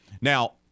Now